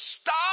stop